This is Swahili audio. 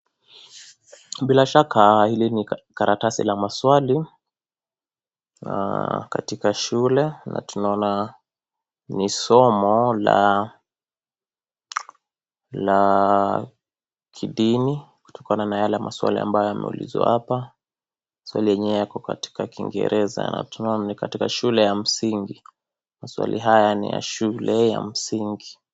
Bilashaka hili ni karatasi la maswali, katika shule na tunaona ni somo la, kidini kutokana na yale maswali ambayo yameulizwa hapa, swali yenyewe yako katika kiingereza tunaona ni katika shule ya msingi, maswali haya ni katika shule ya msingi.